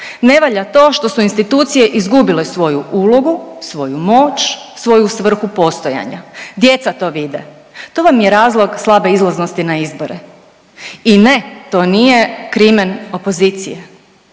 Ne valja to što su institucije izgubile svoju ulogu, svoju moć, svoju svrhu postojanja. Djeca to vide. To vam je razlog slabe izlaznosti na izbore i ne, to nije krimen opozicije.